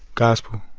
gospel